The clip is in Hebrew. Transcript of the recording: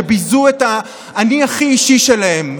שביזו את האני הכי אישי שלהם,